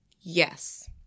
yes